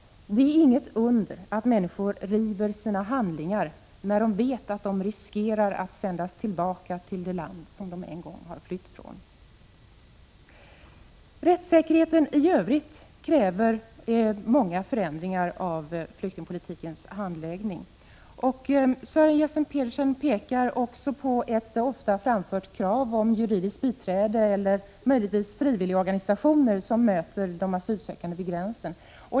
Det är inget under att människor river sina handlingar när de vet att de riskerar att sändas tillbaka till ett land som de en gång har flytt från. Rättssäkerheten i övrigt kräver många förändringar av flyktingpolitikens handläggning. Sören Jessen-Petersen pekar också på ett ofta framfört krav om juridiskt biträde eller möjligtvis frivilligorganisationer som möter de asylsökande vid gränsen.